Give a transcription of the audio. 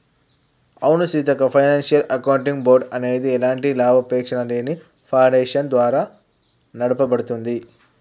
అవును Seethakka financial accounting board అనేది ఎలాంటి లాభాపేక్షలేని ఫాడేషన్ ద్వారా నడపబడుతుంది